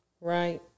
Right